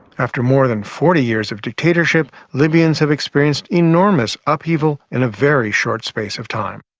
after more than forty years of dictatorship, libyans have experienced enormous upheaval in a very short space of time.